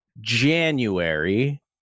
January